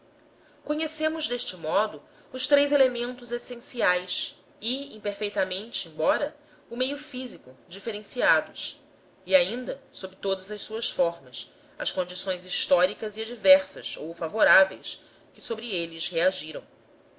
conhecemos deste modo os três elementos essenciais e imperfeitamente embora o meio físico diferenciador e ainda sob todas as suas formas as condições históricas adversas ou favoráveis que sobre eles reagiram